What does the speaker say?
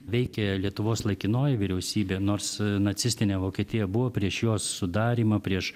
veikė lietuvos laikinoji vyriausybė nors nacistinė vokietija buvo prieš jos sudarymą prieš